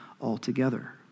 altogether